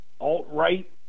alt-right